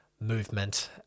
movement